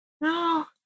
No